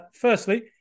Firstly